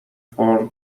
for